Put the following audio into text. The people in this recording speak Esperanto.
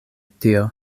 tio